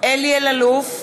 אלי אלאלוף,